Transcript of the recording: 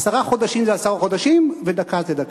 עשרה חודשים זה עשרה חודשים, ודקה זה דקה.